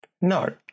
No